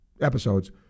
episodes